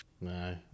No